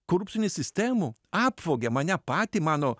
korupcinių sistemų apvogė mane patį mano